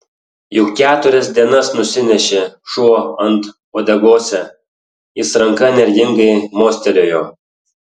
juk keturias dienas nusinešė šuo ant uodegose jis ranka energingai mostelėjo